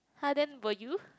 !huh! then will you